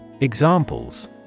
Examples